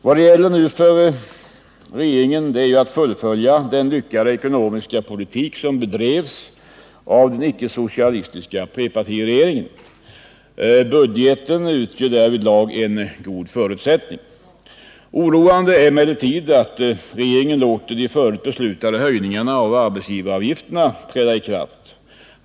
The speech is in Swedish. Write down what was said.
Vad det gäller nu för regeringen är att fullfölja den lyckade ekonomiska politik som bedrevs av den icke-socialistiska trepartiregeringen. Budgeten utgör därvidlag en god förutsättning. Oroande är emellertid att regeringen låter de förut beslutade höjningarna av arbetsgivaravgifterna träda i kraft.